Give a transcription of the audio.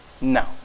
no